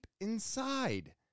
inside